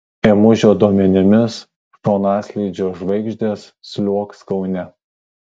ėmužio duomenimis šonaslydžio žvaigždės sliuogs kaune